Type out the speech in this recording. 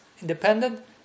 independent